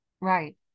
right